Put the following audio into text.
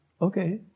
okay